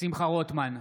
שמחה רוטמן,